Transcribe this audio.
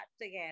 again